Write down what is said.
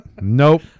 Nope